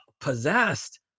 possessed